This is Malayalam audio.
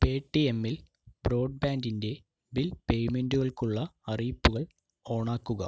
പേടിഎമ്മിൽ ബ്രോഡ്ബാൻഡിൻ്റെ ബിൽ പേയ്മെൻറ്റുകൾക്കുള്ള അറിയിപ്പുകൾ ഓണാക്കുക